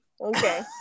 Okay